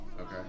Okay